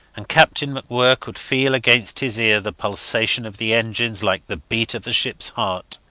and captain macwhirr could feel against his ear the pulsation of the engines, like the beat of the ships heart.